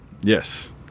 Yes